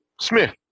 Smith